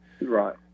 Right